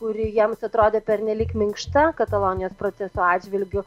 kuri jiems atrodė pernelyg minkšta katalonijos protestų atžvilgiu